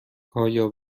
آیا